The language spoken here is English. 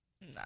no